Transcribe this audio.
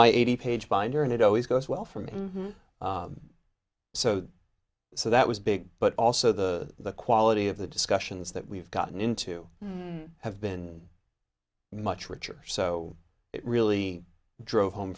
my eighty page binder and it always goes well for me so so that was big but also the quality of the discussions that we've gotten into have been much richer so it really drove home